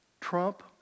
Trump